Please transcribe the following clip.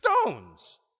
stones